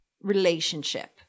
relationship